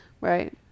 Right